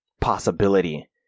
possibility